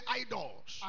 idols